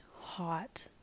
hot